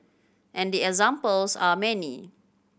and the examples are many